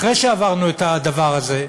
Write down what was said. אחרי שעברנו את הדבר הזה,